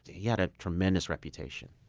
he had a tremendous reputation